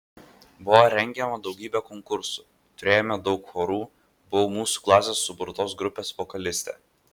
buvo rengiama daugybė konkursų turėjome daug chorų buvau mūsų klasės suburtos grupės vokalistė